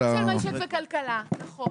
רק של משק וכלכלה, נכון.